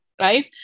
right